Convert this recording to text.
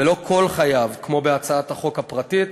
ולא כל חייב כמו בהצעת החוק הפרטית,